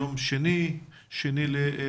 היום ה-2 בנובמבר,